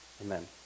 Amen